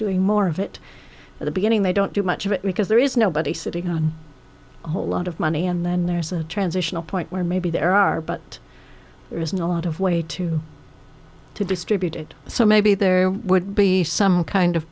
doing more of it at the beginning they don't do much of it because there is nobody sitting on a whole lot of money and then there's a transitional point where maybe there are but there isn't a lot of way to to distribute it so maybe there would be some kind of